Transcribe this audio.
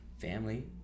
family